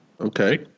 Okay